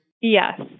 Yes